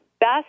best